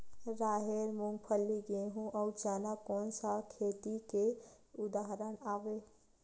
राहेर, मूंगफली, गेहूं, अउ चना कोन सा खेती के उदाहरण आवे?